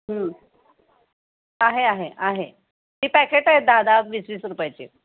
आहे आहे आहे ती पॅकेट आहेत दहा दहा वीस वीस रुपयाची